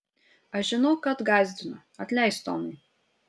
aš žinau kad gąsdinu atleisk tomai